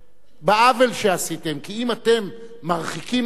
בעוול שעשיתם, כי אתם מרחיקים עדות ואומרים: